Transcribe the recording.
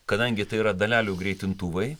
kadangi tai yra dalelių greitintuvai